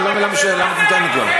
אני לא מבין למה את נותנת לו.